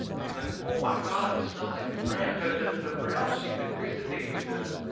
i was like, oh my god! this smells like braille! cause the the braille machine, the grease that they used in them,